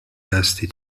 tasty